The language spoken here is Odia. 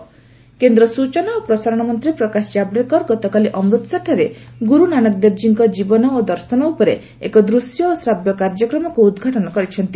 ଜାଭଡେକର ଲାଇଟ୍ କେନ୍ଦ୍ର ସ୍ଟଚନା ଓ ପ୍ରସାରଣ ମନ୍ତ୍ରୀ ପ୍ରକାଶ ଜାବ୍ଡେକର ଗତକାଲି ଅମ୍ବତସରଠାରେ ଗୁରୁ ନାନକଦେବଜୀଙ୍କ ଜୀବନ ଓ ଦର୍ଶନ ଉପରେ ଏକ ଦୃଶ୍ୟ ଓ ଶ୍ରାବ୍ୟ କାର୍ଯ୍ୟକ୍ରମକୁ ଉଦ୍ଘାଟନ କରିଛନ୍ତି